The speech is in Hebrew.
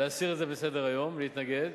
להסיר את זה מסדר-היום, להתנגד,